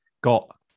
got